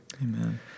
Amen